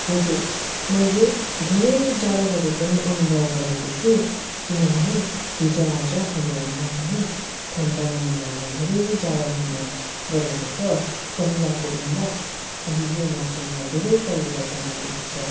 हजुर मैले धेरै जाडोहरू पनि अनुभव गरेको छु किनभने हिजोआज हाम्रो यहाँ पनि ठन्डा महिनामा धेरै जाडो हुने गरेको छ पहिलाको भन्दा अहिले मौसममा धेरै परिवर्तन आएको छ